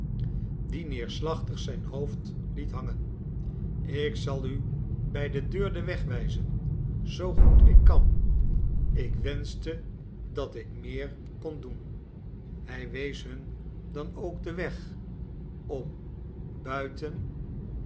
die neerslachtig zijn hoofd liet hangen ik zal u bij de deur den weg wijzen zoo goed ik kan ik wenschte dat ik meer kon doen hij wees hun dan ook den weg om buiten